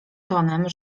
tonem